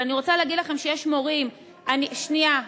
אבל אני רוצה להגיד לכם שיש מורים, שנייה.